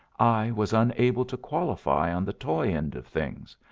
i was unable to qualify on the toy end of things,